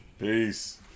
Peace